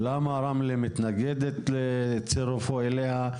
למה רמלה מתנגדת לצירופו אליה?